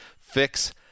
fix